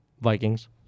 Vikings